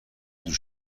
دور